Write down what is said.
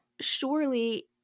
surely